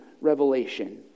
revelation